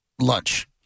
lunch